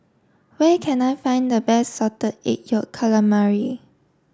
where can I find the best salted egg yolk calamari